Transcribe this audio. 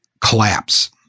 collapse